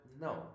no